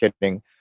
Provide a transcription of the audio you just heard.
kidding